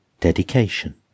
Dedication